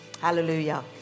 Hallelujah